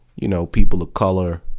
you know, people of color,